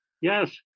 yes